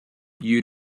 you